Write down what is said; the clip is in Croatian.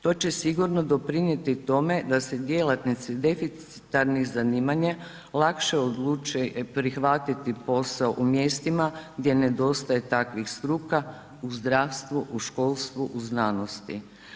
To će sigurno doprinijeti tome da se djelatnici deficitarnih zanimanja lakše odluče prihvatiti posao u mjestima gdje nedostaje takvih struka, u zdravstvu, u školstvu, u znanosti.